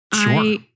Sure